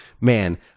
man